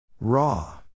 Raw